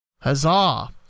huzzah